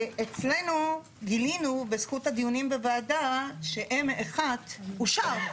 אצלנו גילינו בזכות הדיונים בוועדה ש-M1 אושר,